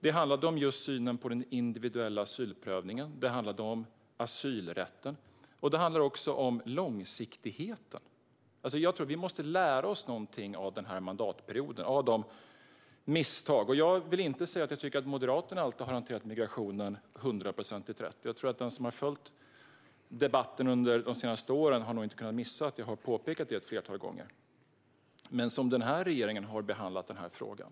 Det handlar om synen på den individuella asylprövningen, om asylrätten och om långsiktigheten. Vi måste lära oss något av misstagen denna mandatperiod. Moderaterna har inte alltid hanterat migrationen hundraprocentigt rätt, och den som har följt debatten de senaste åren har inte kunnat missa att jag har påpekat detta ett flertal gånger. Men se på hur regeringen har behandlat denna fråga!